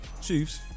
Chiefs